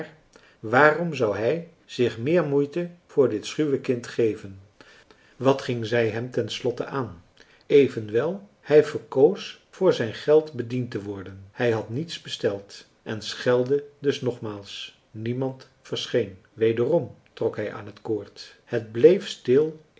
waarom zou hij zich meer moeite voor dit schuwe kind geven wat ging zij hem ten slotte aan evenwel hij verkoos voor zijn geld bediend te worden hij had niets besteld en schelde dus nogmaals niemand verscheen wederom trok hij aan het koord het bleef stil